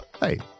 Hey